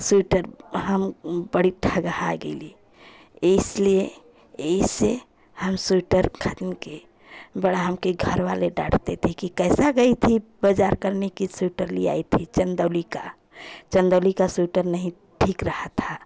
sweater हम बड़ी ठगहा गेली इसलिए ई से हम स्वीटर खरीद के बड़ा हमके घर वाले डांटते थे कि कैसा गई थी बाजार करने की स्वीटर ले आई थी चन्दौली का चन्दौली का स्वीटर नहीं ठीक रहा था